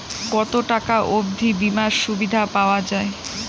কত টাকা অবধি বিমার সুবিধা পাওয়া য়ায়?